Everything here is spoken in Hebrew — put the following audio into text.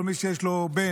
כל מי שיש לו בן,